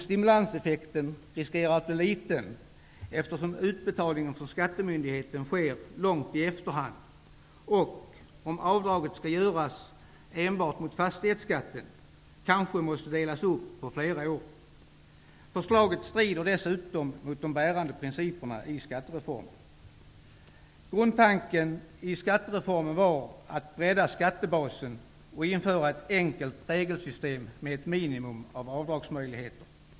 Stimulanseffekten riskerar att bli liten, eftersom utbetalningen från skattemyndigheten sker långt i efterhand och, om avdraget skall göras enbart mot fastighetsskatten, kanske måste delas upp på flera år. Förslaget strider dessutom mot de bärande principerna i skattereformen. Grundtanken i skattereformen var att bredda skattebasen och att införa ett enkelt regelsystem med ett minimum av avdragsmöjligheter.